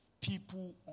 people